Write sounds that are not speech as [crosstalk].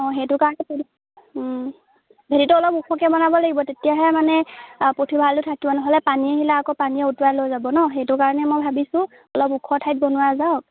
অঁ সেইটো কাৰণে [unintelligible] ভেঁটিটো অলপ ওখকৈ বনাব লাগিব তেতিয়াহে মানে পুথিভঁৰালটো থাকিব নহ'লে পানী আহিলা আকৌ পানীয়ে উটুৱাই লৈ যাব ন' সেইটো কাৰণে মই ভাবিছোঁ অলপ ওখ ঠাইত বনোৱা যাওক